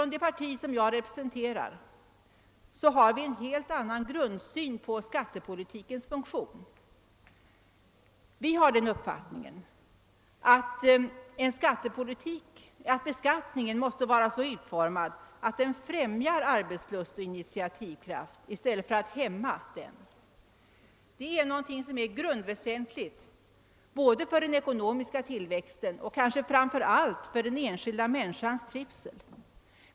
Inom det parti jag representerar har vi en helt annan grundsyn på skattepolitikens funktion. Vi har den uppfattningen att beskattningen måste vara så utformad att den främjar arbetslust och initiativkraft i stället för att verka hämmande därvidlag. Detta är grundväsentligt för den ekonomiska tillväxten och kanske framför allt för den enskilda människans trivsel.